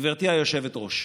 גברתי היושבת-ראש,